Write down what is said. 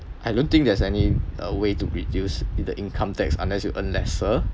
I don't think there's any uh way to reduce the income tax unless you earn lesser